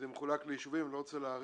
זה מחולק ליישובים, אני לא רוצה להאריך.